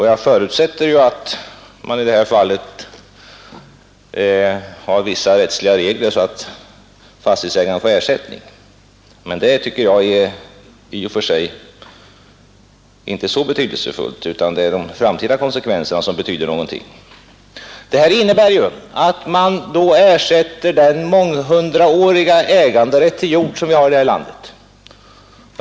Jag förutsätter att man har vissa rättsliga regler, så att fastighetsägarna får ersättning, men det tycker jag i och för sig inte är så betydelsefullt, utan det är de framtida konsekvenserna som betyder någonting. Det föreslagna förfarandet skulle innebära att man ersätter den månghundraåriga äganderätt till jord, som vi har i det här landet, med ett servitutsavtal.